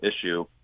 issue